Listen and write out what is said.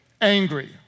angry